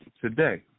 today